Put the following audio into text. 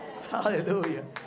Hallelujah